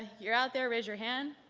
ah you're out there, raise your hand.